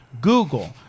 Google